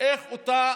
איך אותה